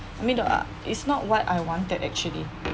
I mean ah it's not what I wanted actually